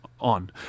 on